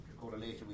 correlation